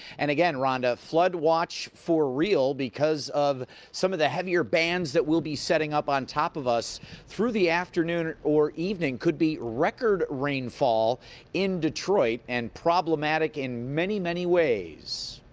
and again, rhonda, flood watch for real because of some of the heavier bands that will be setting up on top of us through the afternoon or evening. could be record rainfall in detroit. and problematic in many, many ways.